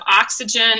oxygen